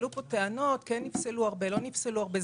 עלו פה טענות האם נפסלו הרבה או לא נפסלו הרבה.